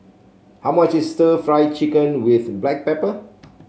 how much is stir Fry Chicken with Black Pepper